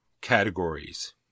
categories